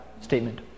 statement